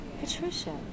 Patricia